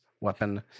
weapon